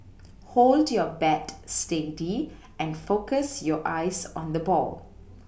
hold your bat steady and focus your eyes on the ball